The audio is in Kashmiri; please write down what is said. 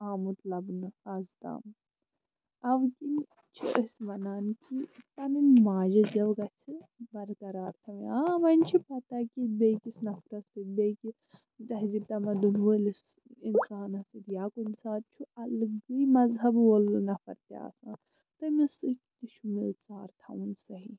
آمُت لَبنہٕ اَزتام اَوٕ کِنۍ چھِ أسۍ وَنان کہِ پَنٕنۍ ماجہِ زیٚو گژھِ برقرار تھاوٕنۍ آ وۄنۍ چھِ پَتہٕ کہِ بیٚیِس نَفرَس سۭتۍ بیٚیِس تہذیٖب تَمَدُن وٲلِس اِنسانَس سۭتۍ یا کُنہِ ساتہٕ چھُ اَلگٕے مَذہَب وول نَفر تہِ آسان تٔمِس سۭتۍ تہِ چھُ مِلژار تھاوُن صحیح